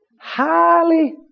highly